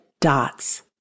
dots